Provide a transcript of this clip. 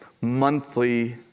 monthly